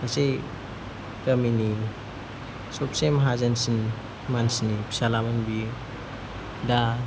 मोनसे गामिनि सबसे माहाजोनसिन मानसिनि फिसाज्लामोन बियो दा